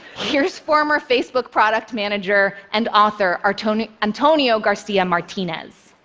here's former facebook product manager and author, antonio antonio garcia martinez.